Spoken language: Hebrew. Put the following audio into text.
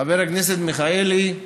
חבר הכנסת מלכיאלי,